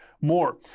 more